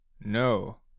No